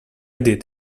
did